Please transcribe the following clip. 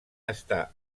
està